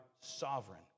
sovereign